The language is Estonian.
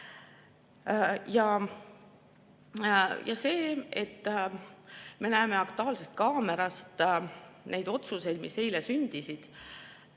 See, et me näeme "Aktuaalsest kaamerast" neid otsuseid, mis sündisid